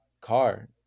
car